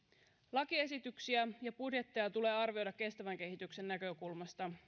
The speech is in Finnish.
lakiesityksiä ja budjetteja tulee arvioida kestävän kehityksen näkökulmasta